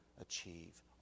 achieve